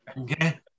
Okay